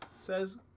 says